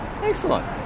excellent